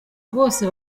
bose